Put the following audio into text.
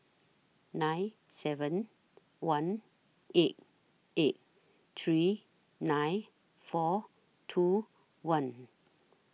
nine seven one eight eight three nine four two one